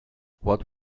what